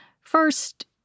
First